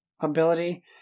ability